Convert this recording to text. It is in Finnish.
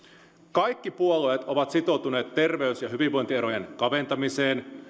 kaikki puolueet ovat sitoutuneet terveys ja hyvinvointierojen kaventamiseen